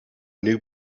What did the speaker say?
new